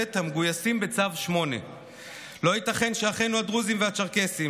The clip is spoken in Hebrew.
בבית מגויסים בצו 8. לא ייתכן שאחינו הדרוזים והצ'רקסים,